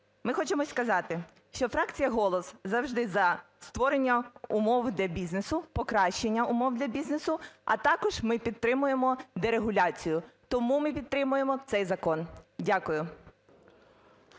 Ми хочемо сказати, що фракція "Голос" завжди за створення умов для бізнесу. Покращення умов для бізнесу, а також ми підтримуємо дерегуляцію. Тому ми підтримуємо цей закон. Дякую.